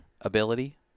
ability